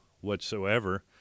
whatsoever